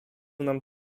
nam